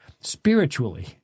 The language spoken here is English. spiritually